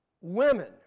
Women